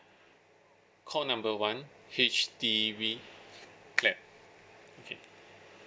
call number one H_D_B clap okay